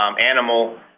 animal